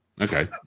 Okay